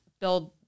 build